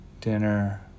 dinner